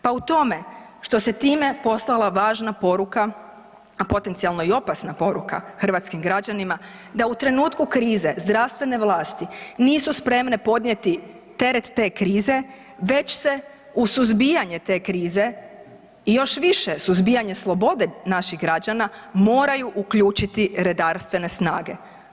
Pa u tome što se time poslala važna poruka, a potencijalno i opasna poruka hrvatskim građanima da u trenutku krize zdravstvene vlasti nisu spremne podnijeti teret te krize već se u suzbijanje krize i još više suzbijanje slobode naših građana moraju uključiti redarstvene snage.